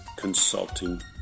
Consulting